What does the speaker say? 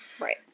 Right